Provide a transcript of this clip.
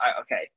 okay